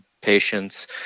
Patients